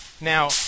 Now